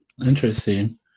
Interesting